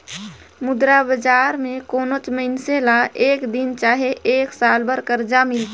मुद्रा बजार में कोनोच मइनसे ल एक दिन चहे एक साल बर करजा मिलथे